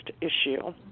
issue